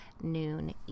noon